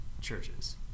churches